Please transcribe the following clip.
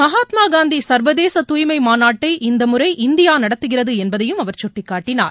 மகாத்மாகாந்திசர்வதேச தூய்மைமாநாட்டை இந்தமுறை இந்தியாநடத்துகிறதுஎன்பதையும் அவர் சுட்டிக்காட்டினார்